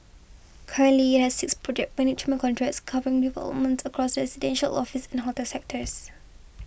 currently it has six project management contracts covering developments across residential office and hotel sectors